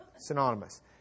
synonymous